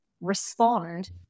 respond